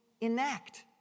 enact